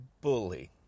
bully